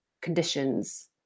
conditions